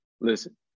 Listen